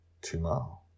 tomorrow